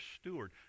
steward